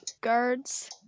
guards